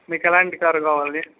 మీకు ఎలాంటి కార్ కావాలి